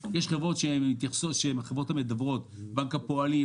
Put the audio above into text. חברות שהן החברות המדוורות בנק הפועלים,